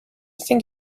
thing